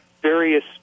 various